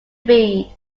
feed